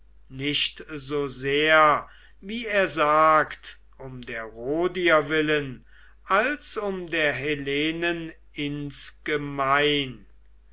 nicht so sehr wie er sagt um der rhodier willen als um der hellenen insgemein